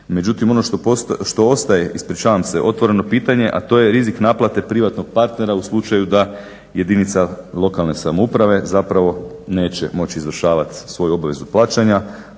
Međutim, ono što ostaje, ispričavam se, otvoreno pitanje, a to je rizik naplate privatnog partnera u slučaju da jedinica lokalne samouprave zapravo neće moći izvršavati svoju obavezu plaćanja,